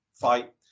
fight